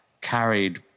carried